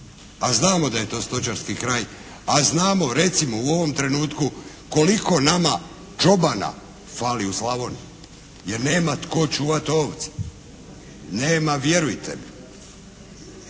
A znamo da je to stočarski kraj, a znamo recimo u ovom trenutku koliko nama čobana fali u Slavoniji. Jer nema tko čuvati ovce, nema vjerujte mi.